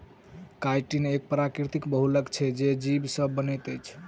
chitin एक प्राकृतिक बहुलक छै जे जीव से बनैत अछि